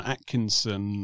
Atkinson